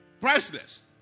Priceless